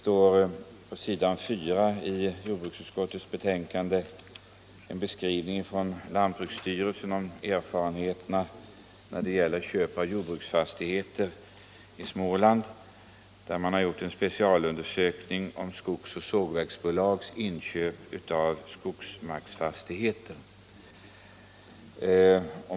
På s. 4 i jordbruksutskottets betänkande återges en uppgift från lantbruksstyrelsen över en specialundersökning som gjorts i Småland om skogsoch sågverksbolagens inköp av skogsmarksfastigheter.